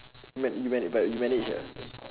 man~ man~ but you managed ah